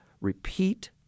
repeat